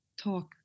talk